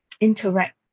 interact